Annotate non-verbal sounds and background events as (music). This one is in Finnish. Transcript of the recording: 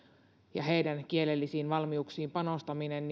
kielellisiin valmiuksiin panostaminen (unintelligible)